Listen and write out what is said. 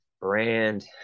brand